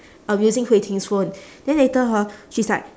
I was using hui ting's phone then later hor she's like